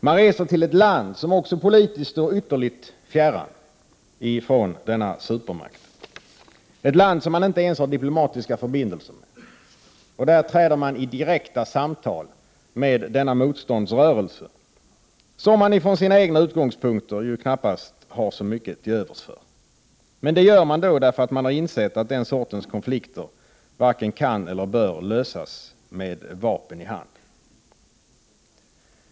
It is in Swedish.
Man reser till ett land som också politiskt står ytterligt fjärran från denna supermakt, ett land som man inte ens har diplomatiska förbindelser med. Där inleder man direkta samtal med representanter för denna motståndsrörelse, som man från sina egna utgångspunkter ju knappast har så mycket till övers för. Detta gör man för att man har insett att den sortens konflikter varken kan eller bör lösas med vapen i hand.